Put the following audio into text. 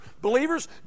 Believers